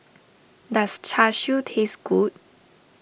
does Char Siu taste good